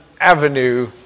avenue